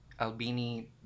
albini